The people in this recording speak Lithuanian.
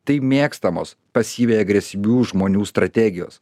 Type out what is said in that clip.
tai mėgstamos pasyviai agresyvių žmonių strategijos